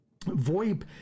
VoIP